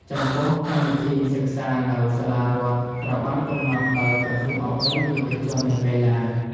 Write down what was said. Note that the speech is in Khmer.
ចំពោះ កម្មវិធីសិក្សានៅសាលារដ្ឋត្រូវបាន កំណត់ដោយក្រសួងអប់រំ យុវជន និងកីឡា។